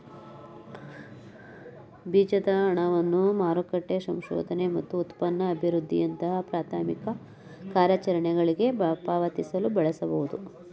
ಬೀಜದ ಹಣವನ್ನ ಮಾರುಕಟ್ಟೆ ಸಂಶೋಧನೆ ಮತ್ತು ಉತ್ಪನ್ನ ಅಭಿವೃದ್ಧಿಯಂತಹ ಪ್ರಾಥಮಿಕ ಕಾರ್ಯಾಚರಣೆಗಳ್ಗೆ ಪಾವತಿಸಲು ಬಳಸಬಹುದು